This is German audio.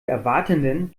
erwartenden